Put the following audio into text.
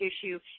issue